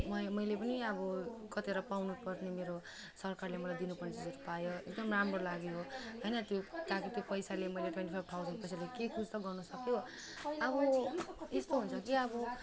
मै मैले पनि अब कतिवटा पाउनु पर्ने मेरो सरकारले मलाई दिनु पर्ने चिजहरू पायो एकदम राम्रो लाग्यो होइन त्यो कहाँ कहाँ के पैसाले मैले ट्वेन्टी फाइभ थाउजन्ड पैसाले केही कुछ त गर्नु सक्यो अब यस्तो हुन्छ कि अब